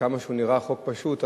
כמה שהוא נראה חוק פשוט,